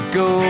go